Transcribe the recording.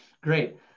Great